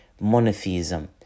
Monotheism